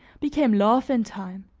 became love in time.